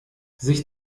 sich